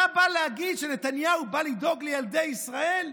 אתה בא להגיד שנתניהו לא בא לדאוג לילדי ישראל?